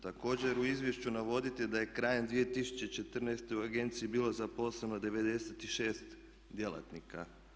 Također u izvješću navodite da je krajem 2014. u agenciji bilo zaposleno 96 djelatnika.